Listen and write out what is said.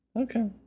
Okay